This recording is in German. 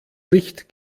licht